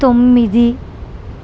తొమ్మిది